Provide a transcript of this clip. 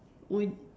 we